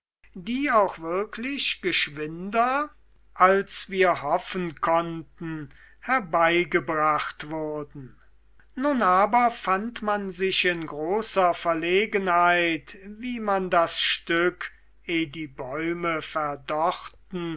die auch wirklich geschwinder als wir hoffen konnten herbeigebracht wurden nun aber fand man sich in großer verlegenheit wie man das stück eh die bäume verdorrten